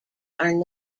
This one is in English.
are